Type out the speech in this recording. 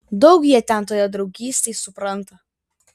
daug jie ten toje draugystėj supranta